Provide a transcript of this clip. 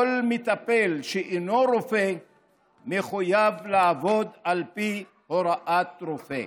כל מטפל שאינו רופא מחויב לעבוד על פי הוראת רופא.